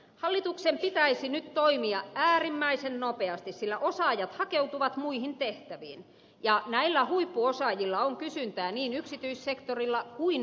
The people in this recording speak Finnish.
hallituksen pitäisi nyt toimia äärimmäisen nopeasti sillä osaajat hakeutuvat muihin tehtäviin ja näillä huippuosaajilla on kysyntää niin yksityissektorilla kuin myös ulkomailla